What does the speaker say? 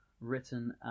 written